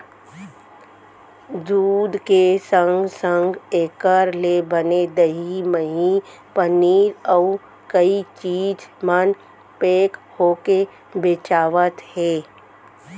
दूद के संगे संग एकर ले बने दही, मही, पनीर, अउ कई चीज मन पेक होके बेचावत हें